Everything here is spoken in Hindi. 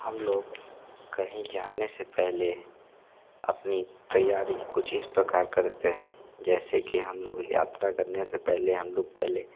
हम लोग कहीं जाने से पहले अपनी तैयारी कुछ इस प्रकार करते हैं जैसे कि हम लोग यात्रा करने से पहले हम लोग पहले